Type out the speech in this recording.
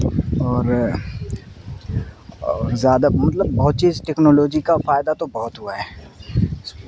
اور اور زیادہ مطلب بہت چیز ٹیکنالوجی کا فائدہ تو بہت ہوا ہے